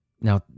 now